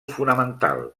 fonamental